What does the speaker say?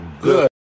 Good